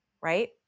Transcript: right